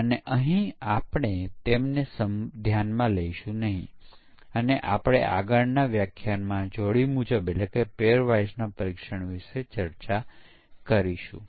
પરંતુ તે પછી જેમ હું ઉલ્લેખ કરતો હતો કે આપણી પાસે કેટલીક દોષ આધારિત તકનીકો પણ છે આપણે આ સત્ર પૂરું કરીશું અને આગામી સત્રમાં આપણી આ ચર્ચા ચાલુ રાખીશું